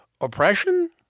oppression